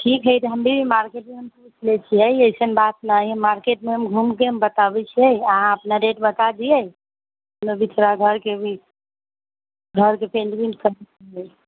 ठीक है तऽ हम भी मार्केटमे हम पूछ लै छियै अइसन बात नहि हइ मार्केटमे हम घूमके हम बताबैत छियै अहाँ अपना रेट बता दिअ हम भी थोड़ा घरके भी घरके पेन्ट उंट करबा दिअ